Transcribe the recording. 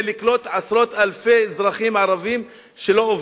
לקלוט עשרות אלפי אזרחים ערבים שלא עובדים,